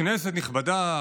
כנסת נכבדה,